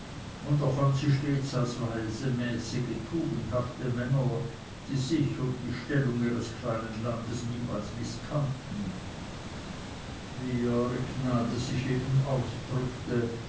und erfand sie stets als weise mäßige tugendhafte männer die sich und die stellung ihres kleinen landes niemals mißkannten wie eure gnade sich eben ausdrückte